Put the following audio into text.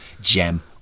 gem